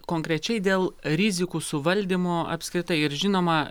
konkrečiai dėl rizikų suvaldymo apskritai ir žinoma